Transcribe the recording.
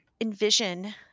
envision